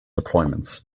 deployments